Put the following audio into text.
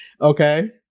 Okay